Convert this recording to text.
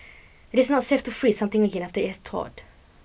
it is not safe to freeze something again after it has thawed